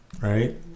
Right